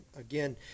Again